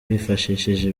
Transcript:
bifashishije